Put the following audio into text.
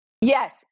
Yes